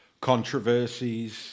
controversies